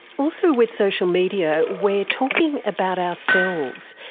also with social media we are talking about ourselves.